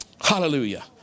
Hallelujah